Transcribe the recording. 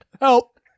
help